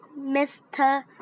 Mr